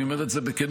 אני אומר את זה בכנות,